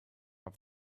have